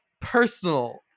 personal